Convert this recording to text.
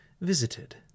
visited